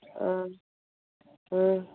ꯑ ꯑ